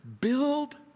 build